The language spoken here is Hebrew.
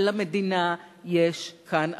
אבל למדינה יש כאן אחריות.